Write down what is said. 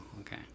okay